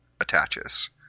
attaches